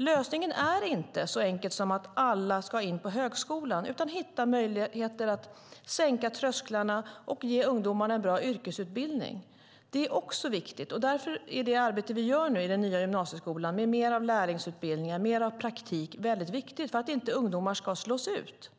Lösningen är inte så enkel som att alla ska in på högskolan, utan det gäller att hitta möjligheter att sänka trösklarna och ge ungdomarna en bra yrkesutbildning. Det är också viktigt. Därför är det arbete vi gör nu i den nya gymnasieskolan med mer lärlingsutbildning och mer praktik mycket viktigt för att inte ungdomar ska slås ut.